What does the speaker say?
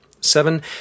Seven